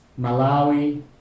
Malawi